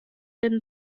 den